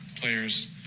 players